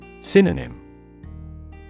Synonym